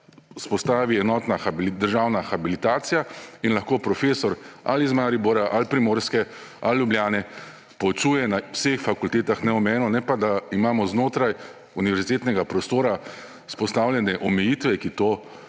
vzpostavi enotna državna habilitacija in lahko profesor ali iz Maribora, ali Primorske, ali Ljubljane poučuje na vseh fakultetah neomejeno, ne pa, da imamo znotraj univerzitetnega prostora vzpostavljene omejitve, ki to